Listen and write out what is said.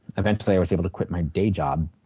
eventually i was able to quit my day job.